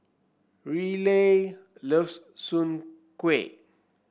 Riley loves Soon Kway